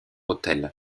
autel